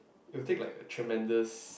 it will take like a tremendous